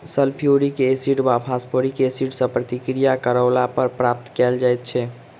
sulphuric acid वा phosphoric acid सॅ प्रतिक्रिया करौला पर प्राप्त कयल जाइत छै